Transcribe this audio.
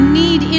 need